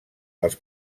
els